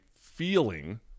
feeling